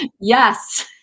Yes